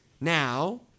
Now